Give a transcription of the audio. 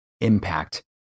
impact